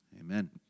amen